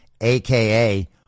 aka